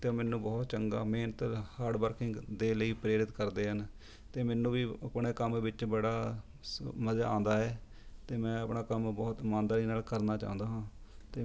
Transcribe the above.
ਅਤੇ ਮੈਨੂੰ ਬਹੁਤ ਚੰਗਾ ਮਿਹਨਤ ਹਾਰਡਵਰਕਿੰਗ ਦੇ ਲਈ ਪ੍ਰੇਰਿਤ ਕਰਦੇ ਹਨ ਅਤੇ ਮੈਨੂੰ ਵੀ ਆਪਣੇ ਕੰਮ ਵਿੱਚ ਬੜਾ ਸ ਮਜ਼ਾ ਆਉਦਾ ਹੈ ਅਤੇ ਮੈਂ ਆਪਣਾ ਕੰਮ ਬਹੁਤ ਇਮਾਨਦਾਰੀ ਨਾਲ ਕਰਨਾ ਚਾਹੁੰਦਾ ਹਾਂ ਅਤੇ